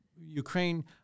Ukraine